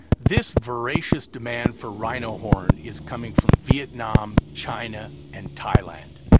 this voracious demand for rhino horn is coming from vietnam, china and thailand.